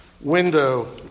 window